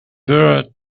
were